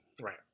Right